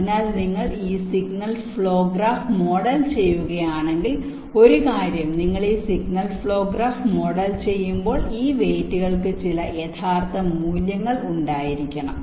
അതിനാൽ നിങ്ങൾ ഈ സിഗ്നൽ ഫ്ലോ ഗ്രാഫ് മോഡൽ ചെയ്യുകയാണെങ്കിൽ ഒരു കാര്യം നിങ്ങൾ ഈ സിഗ്നൽ ഫ്ലോ ഗ്രാഫ് മോഡൽ ചെയ്യുമ്പോൾ ഈ വെയ്റ്റുകൾക്ക് ചില യഥാർത്ഥ മൂല്യങ്ങൾ ഉണ്ടായിരിക്കണം